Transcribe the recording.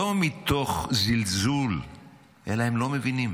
לא מתוך זלזול אלא הם לא מבינים.